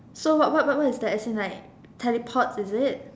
so what what what is that as in like teleports is it